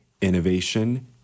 innovation